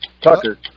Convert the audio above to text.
Tucker